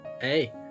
Hey